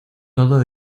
todo